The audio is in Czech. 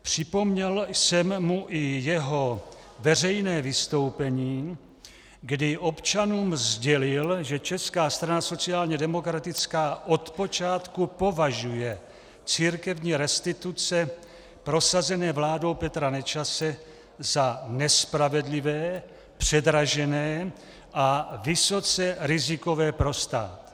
Připomněl jsem mu i jeho veřejné vystoupení, kdy občanům sdělil, že Česká strana sociálně demokratická odpočátku považuje církevní restituce prosazené vládou Petra Nečase za nespravedlivé, předražené a vysoce rizikové pro stát.